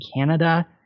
Canada